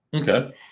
Okay